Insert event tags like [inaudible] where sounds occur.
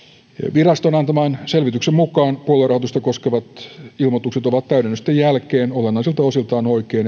viraston antaman selvityksen mukaan puoluerahoitusta koskevat ilmoitukset ovat täydennysten jälkeen olennaisilta osiltaan oikein [unintelligible]